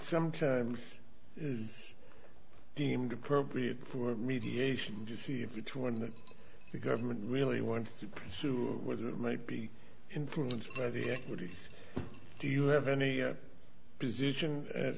sometimes is deemed appropriate for mediation just see if it's one that the government really wants to pursue whether it might be influenced by the equities do you have any